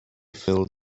filled